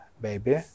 baby